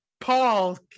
paul